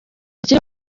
bakora